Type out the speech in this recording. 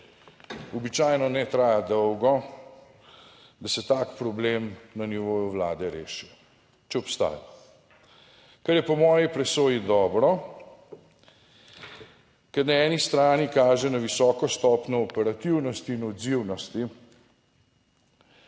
običajno ne traja dolgo, da se tak problem na nivoju vlade reši, če obstaja. Kar je po moji presoji dobro, ker na eni strani kaže na visoko stopnjo operativnosti in odzivnosti